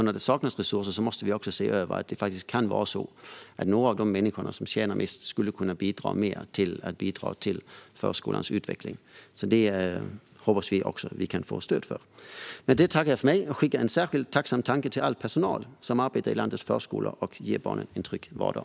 När det saknas resurser kan det vara så att några av de människor som tjänar mest skulle kunna bidra mer till förskolans utveckling. Det hoppas vi att vi kan få stöd för. Med det tackar jag för mig och skickar en särskild tacksam tanke till all personal som arbetar i landets förskolor och ger barnen en trygg vardag.